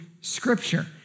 Scripture